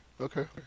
Okay